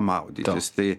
maudytis tai